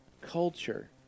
culture